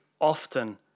often